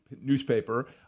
newspaper